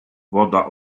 woda